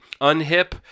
unhip